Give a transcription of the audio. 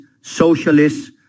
socialists